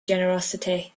generosity